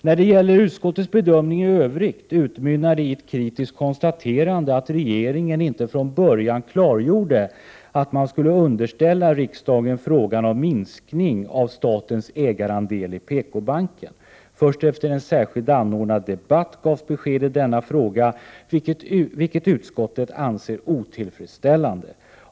När det gäller utskottets bedömning i övrigt utmynnar det i ett kritiskt konstaterande att regeringen inte från början klargjorde att man skulle underställa riksdagen frågan om minskning av statens ägarandel i PKbanken. Först efter en särskilt anordnad debatt gavs besked i denna fråga, vilket utskottet anser otillfredsställande.